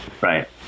Right